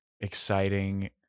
exciting